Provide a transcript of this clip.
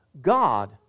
God